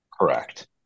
Correct